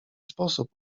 sposób